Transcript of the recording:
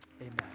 Amen